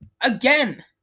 again